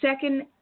Second